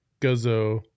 Guzzo